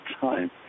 time